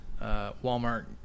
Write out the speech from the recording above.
Walmart